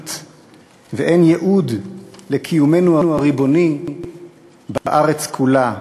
תכלית ואין ייעוד לקיומנו הריבוני בארץ כולה.